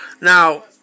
Now